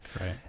Right